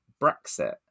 Brexit